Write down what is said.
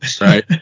right